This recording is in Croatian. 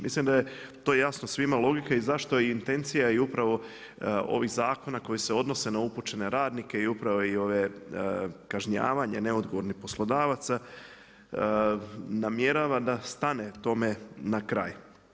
Mislim da je to jasno svima i logika i zašto je intencija upravo ovih zakona koji se odnose na upućene radnike i kažnjavanje neodgovornih poslodavaca namjerava da stane tome na kraj.